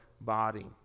body